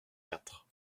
quatre